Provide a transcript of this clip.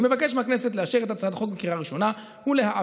מבקש מהכנסת לאשר את הצעת החוק בקריאה ראשונה ולהעבירה